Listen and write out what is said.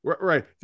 Right